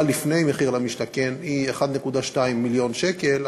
לפני מחיר למשתכן היא 1.2 מיליון שקלים,